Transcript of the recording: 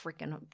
freaking